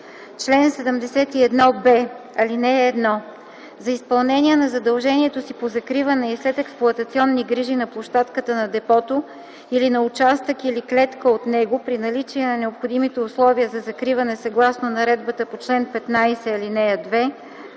Чл. 71б. (1) За изпълнение на задължението си по закриване и следексплоатационни грижи на площадката на депото или на участък или клетка от него при наличие на необходимите условия за закриване съгласно наредбата по чл. 15, ал. 2,